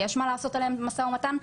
יש מה לעשות עליהם משא ומתן.